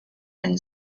and